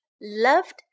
loved